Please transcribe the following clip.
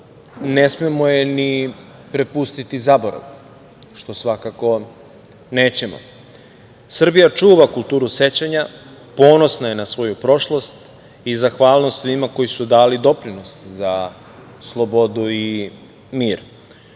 ne smemo je ni prepustiti zaboravu, što svakako nećemo. Srbija čuva kulturu sećanja, ponosna je na svoju prošlost i zahvalnost svima koji su dali doprinos za slobodu i mir,